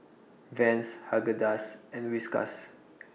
Vans Haagen Dazs and Whiskas